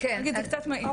כן, נכון.